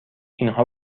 اینها